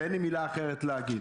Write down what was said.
ואין לי מילה אחרת להגיד.